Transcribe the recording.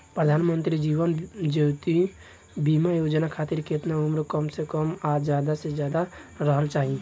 प्रधानमंत्री जीवन ज्योती बीमा योजना खातिर केतना उम्र कम से कम आ ज्यादा से ज्यादा रहल चाहि?